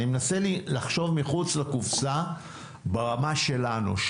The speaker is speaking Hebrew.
אני מנסה לחשוב מחוץ לקופסה ברמה שלנו,